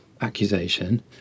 accusation